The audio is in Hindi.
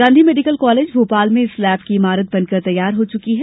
गाँधी मेडिकल कॉलेज भोपाल में इस लैब की इमारत बन कर तैयार हो चुकी है